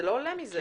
זה לא עולה מזה.